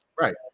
right